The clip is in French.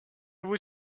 vous